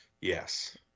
yes